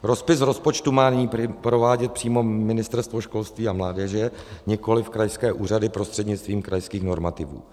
Rozpis rozpočtu má nyní provádět přímo Ministerstvo školství a mládeže, nikoliv krajské úřady prostřednictvím krajských normativů.